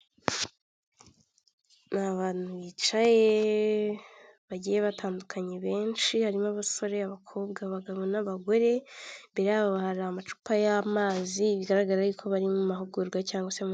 Ni abantu bicaye bagiye batandukanye benshi harimo abasore, abakobwa, abagabo n'abagore imbere yabo hari amacupa y'amazi bigaragara yuko bari mu mahugurwa.